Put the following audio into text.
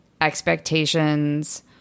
expectations